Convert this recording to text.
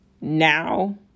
now